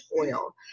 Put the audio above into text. oil